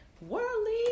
worldly